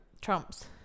Trump's